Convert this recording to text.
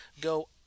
go